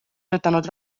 töötanud